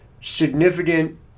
significant